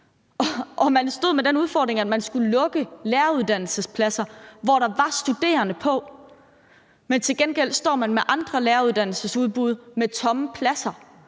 stod med den udfordring, at man skulle lukke læreruddannelsespladser, som der var studerende på, mens man til gengæld stod med andre læreruddannelsestilbud med tomme pladser.